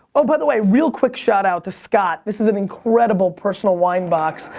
oh, by the way. real quick shout out to scott. this is an incredible personal wine box.